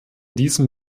diesem